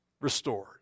restored